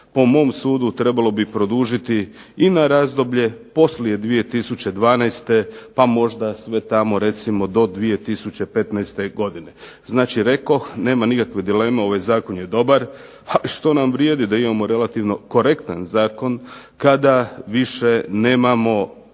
po mom sudu trebalo bi produžiti i na razdoblje poslije 2012. pa možda sve tamo recimo do 2015. godine. Znači, rekoh nema nikakve dileme ovaj zakon je dobar. Ali što nam vrijedi da imamo relativno korektan zakon kada više nemamo